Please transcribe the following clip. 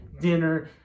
dinner